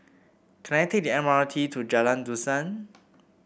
can I take the M R T to Jalan Dusan